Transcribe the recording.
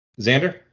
Xander